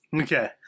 Okay